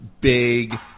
big